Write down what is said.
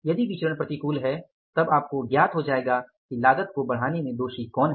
यदि विचरण प्रतिकूल है तब आपको ज्ञात हो जायेगा कि लागत को बढ़ाने में दोषी कौन है